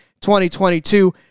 2022